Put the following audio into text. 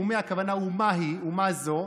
הכוונה מה היא או מה זו,